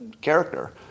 character